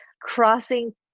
crossing